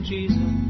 Jesus